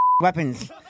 Weapons